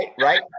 right